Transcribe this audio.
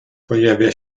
pojawia